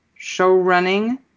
showrunning